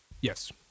Yes